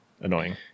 annoying